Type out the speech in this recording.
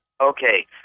Okay